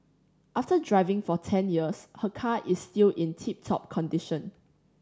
after driving for ten years her car is still in tip top condition